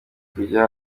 kujya